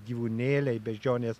gyvūnėliai beždžionės